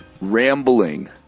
rambling